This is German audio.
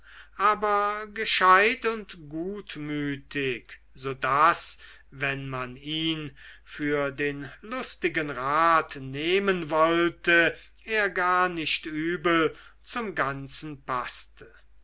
aber gescheit und gutmütig so daß wenn man ihn für den lustigen rat nehmen wollte er gar nicht übel zum ganzen paßte